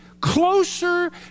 closer